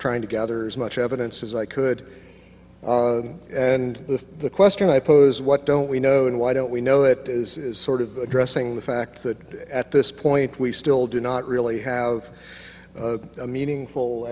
trying to gather as much evidence as i could and the question i pose what don't we know and why don't we know it is sort of addressing the fact that at this point we still do not really have a meaningful